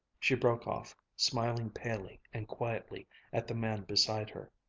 she broke off, smiling palely and quietly at the man beside her.